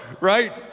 right